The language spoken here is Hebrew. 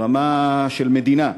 ברמה של המדינה,